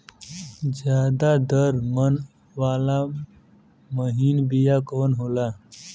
ज्यादा दर मन वाला महीन बिया कवन होला?